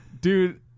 Dude